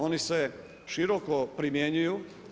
Oni se široko primjenjuju.